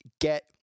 get